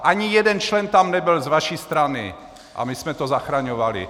Ani jeden člen tam nebyl z vaší strany a my jsme to zachraňovali.